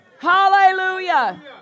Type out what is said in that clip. Hallelujah